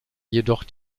jedoch